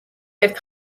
ერთ